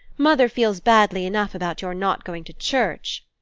mother feels badly enough about your not going to church.